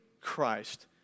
Christ